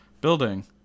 building